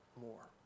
more